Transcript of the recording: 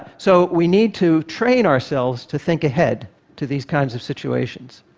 so we need to train ourselves to think ahead to these kinds of situations.